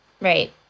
Right